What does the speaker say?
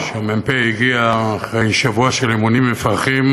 שהמ"פ הגיע אחרי שבוע של אימונים מפרכים